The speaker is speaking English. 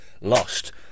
Lost